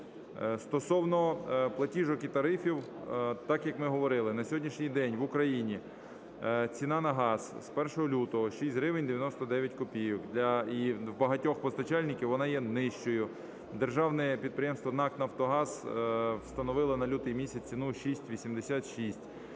Стосовно платіжок і тарифів. Так як ми говорили, на сьогоднішній день в Україні ціна на газ з 1 лютого 6 гривень 99 копійок. І в багатьох постачальників вона є нижчою. Державне підприємство НАК "Нафтогаз" встановило на лютий місяць ціну в 6.86.